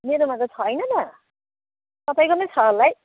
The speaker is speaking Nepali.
मेरोमा त छैन त तपाईँकैमा छ होला है